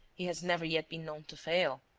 he has never yet been known to fail.